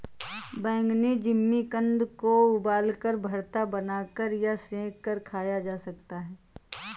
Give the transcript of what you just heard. बैंगनी जिमीकंद को उबालकर, भरता बनाकर या सेंक कर खाया जा सकता है